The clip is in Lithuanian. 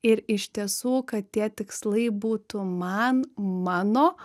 ir iš tiesų kad tie tikslai būtų man mano